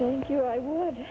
thank you i would